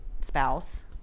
spouse